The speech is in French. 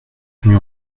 venu